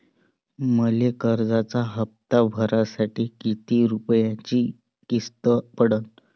मले कर्जाचा हप्ता भरासाठी किती रूपयाची किस्त पडन?